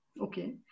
Okay